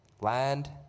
land